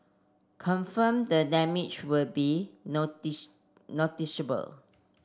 confirm the damage would be noticeable